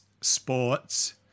sports